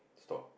stop